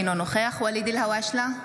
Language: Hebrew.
אינו נוכח ואליד אלהואשלה,